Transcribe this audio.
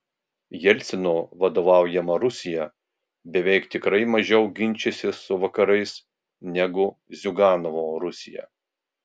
jelcino vadovaujama rusija beveik tikrai mažiau ginčysis su vakarais negu ziuganovo rusija